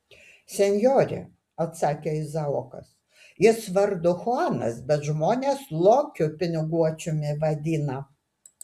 senjore atsakė izaokas jis vardu chuanas bet žmonės lokiu piniguočiumi vadina